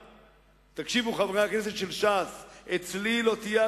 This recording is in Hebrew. את חברי הכנסת של הבית היהודי: